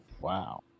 Wow